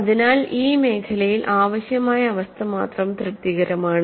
അതിനാൽ ഈ മേഖലയിൽ ആവശ്യമായ അവസ്ഥ മാത്രം തൃപ്തികരമാണ്